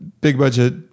big-budget